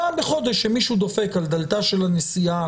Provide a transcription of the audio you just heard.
פעם בחודש מישהו דופק על דלתה של הנשיאה,